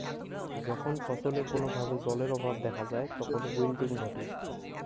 যখন ফছলে কোনো ভাবে জলের অভাব দেখা যায় তখন উইল্টিং ঘটে